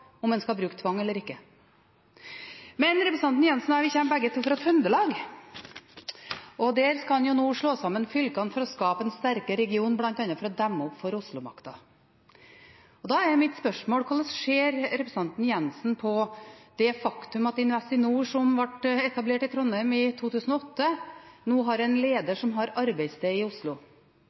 om en skal bruke tvang eller ikke. Representanten Jenssen og jeg kommer begge to fra Trøndelag, og der skal en jo nå slå sammen fylkene for å skape en sterkere region bl.a. for å demme opp for Oslo-makta. Da er mitt spørsmål: Hvordan ser representanten Jenssen på det faktum at Investinor, som ble etablert i Trondheim i 2008, nå har en leder som har arbeidssted i Oslo?